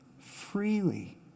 freely